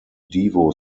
devo